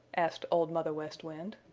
asked old mother west wind.